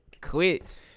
Quit